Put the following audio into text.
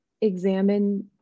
examine